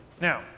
Now